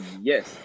yes